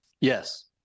Yes